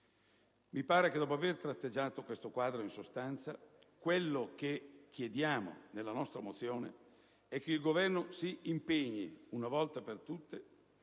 aeroporto. Dopo aver tratteggiato questo quadro, in sostanza, quello che chiediamo nella nostra mozione è che il Governo si impegni, una volta per tutte,